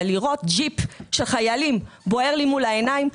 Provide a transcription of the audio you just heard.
אבל לראות ג'יפ של חיילים בוער לי מול העיניים,